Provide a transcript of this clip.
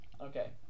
Okay